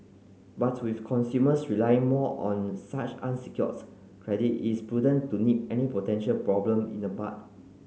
but with consumers relying more on such unsecured credit it is prudent to nip any potential problem in the bud